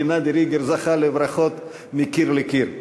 גנדי ריגר זכה לברכות מקיר לקיר.